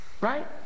Right